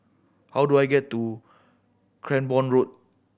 how do I get to Cranborne Road